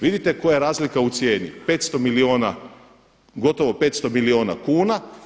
Vidite koja je razlika u cijeni, 500 milijuna, gotovo 500 milijuna kuna.